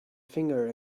finger